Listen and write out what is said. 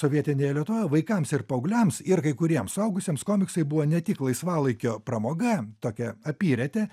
sovietinėje lietuvoje vaikams ir paaugliams ir kai kuriems suaugusiems komiksai buvo ne tik laisvalaikio pramoga tokia apyretė